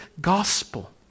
gospel